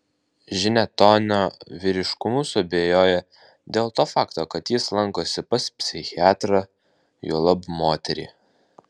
žinia tonio vyriškumu suabejojama dėl to fakto kad jis lankosi pas psichiatrą juolab moterį